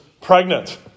pregnant